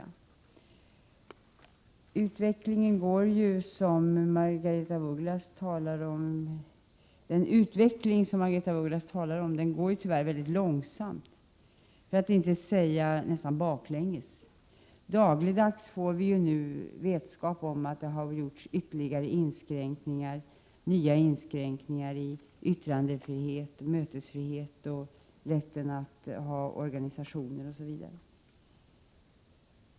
Den utveckling som Margaretha af Ugglas talar om går tyvärr väldigt långsamt för att inte säga nästan baklänges. Dagligdags får vi vetskap om att nya inskränkningar har vidtagits i fråga om yttrandefrihet, mötesfrihet och rätten att ha organisationer osv.